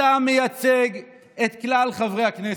אתה מייצג את כלל חברי הכנסת.